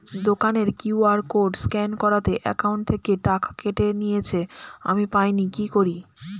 দোকানের QR code scan করাতে account থেকে টাকা কেটে নিয়েছে, আমি পাইনি কি করি?